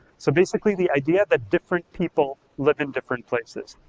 so basically the idea that different people live in different places.